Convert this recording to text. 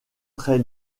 très